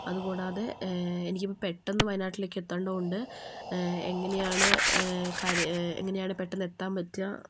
അതുകൂടാതെ എനിക്കിപ്പോൾ പെട്ടെന്ന് വയനാട്ടിലേക്ക് എത്തേണ്ടത് കൊണ്ട് എങ്ങനെയാണ് കാര്യം എങ്ങനെയാണ് പെട്ടെന്ന് എത്താൻ പറ്റുക